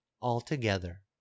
altogether